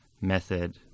method